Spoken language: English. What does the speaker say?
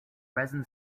resin